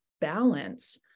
balance